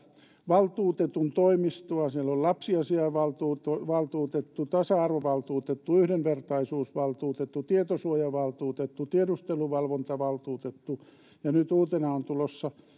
valtuutetun toimistoa siellä on lapsiasiavaltuutettu tasa arvovaltuutettu yhdenvertaisuusvaltuutettu tietosuojavaltuutettu tiedusteluvalvontavaltuutettu ja nyt uutena on tulossa